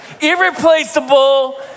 Irreplaceable